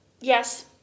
Yes